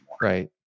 Right